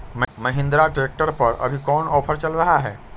Mahindra tractor पर अभी कोन ऑफर चल रहा है?